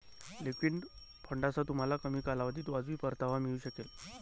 liquid फंडांसह, तुम्हाला कमी कालावधीत वाजवी परतावा मिळू शकेल